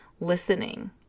listening